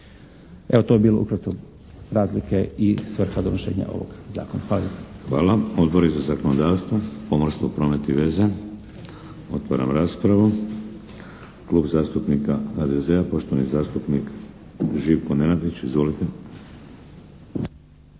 Evo to bi bilo ukratko razlike i svrha donošenja ovog zakona. Hvala. **Šeks, Vladimir (HDZ)** Hvala. Odbori za zakonodavstvo, pomorstvo, promet i veze. Otvaram raspravu. Klub zastupnika HDZ-a, poštovani zastupnik Živko Nenadić, izvolite.